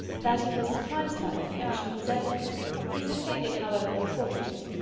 that he was surprised by the connection was evident he sustained it, however, with fortitude,